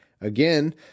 again